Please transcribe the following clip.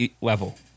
level